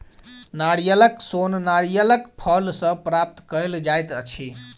नारियलक सोन नारियलक फल सॅ प्राप्त कयल जाइत अछि